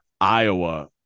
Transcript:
Iowa